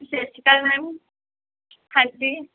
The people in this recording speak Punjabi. ਸਤਿ ਸ਼੍ਰੀ ਅਕਾਲ ਮੈਮ ਹਾਂਜੀ